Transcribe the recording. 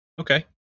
Okay